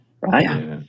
Right